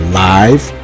live